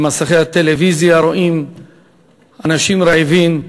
מסכי הטלוויזיה, רואים אנשים רעבים,